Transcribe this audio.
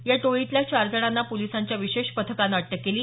या टोळीतल्या चार जणांना पोलिसांच्या विशेष पथकाने अटक केली